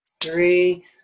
three